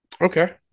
Okay